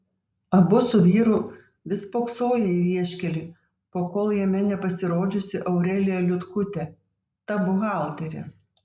abu su vyru vis spoksoję į vieškelį pakol jame nepasirodžiusi aurelija liutkutė ta buhalterė